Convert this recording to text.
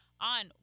on